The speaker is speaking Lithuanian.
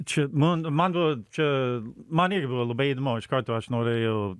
čia man man buvo čia man irgi buvo labai įdomu iš karto aš norėjau